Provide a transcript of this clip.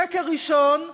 שקר ראשון,